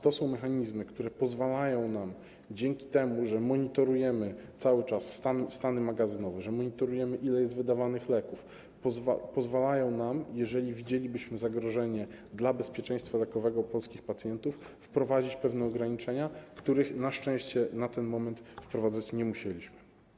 To są mechanizmy, które pozwolą nam - dzięki temu, że monitorujemy cały czas stany magazynowe, że monitorujemy, ile jest wydawanych leków, jeżeli widzielibyśmy zagrożenie dla bezpieczeństwa lekowego polskich pacjentów - wprowadzić pewne ograniczenia, których na szczęście na ten moment wprowadzać nie musieliśmy.